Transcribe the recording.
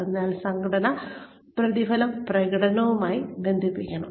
അതിനാൽ സംഘടനാ പ്രതിഫലം പ്രകടനവുമായി ബന്ധിപ്പിക്കണം